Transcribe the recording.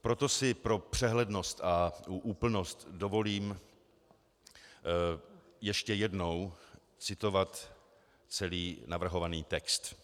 Proto si pro přehlednost a úplnost dovolím ještě jednou citovat celý navrhovaný text: